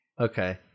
Okay